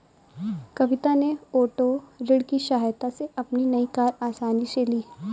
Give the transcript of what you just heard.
कविता ने ओटो ऋण की सहायता से अपनी नई कार आसानी से ली